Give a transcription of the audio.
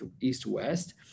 east-west